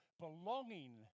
belonging